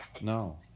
No